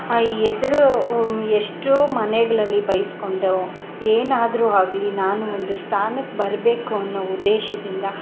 ಎದುರು ಎಷ್ಟೋ ಮನೆಗಳಲ್ಲಿ ಬೈಸ್ಕೊಂಡು ಏನಾದರೂ ಆಗಲಿ ನಾನು ಒಂದು ಸ್ಥಾನಕ್ಕೆ ಬರಬೇಕು ಅನ್ನೋ ಉದ್ದೇಶದಿಂದ